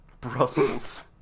Brussels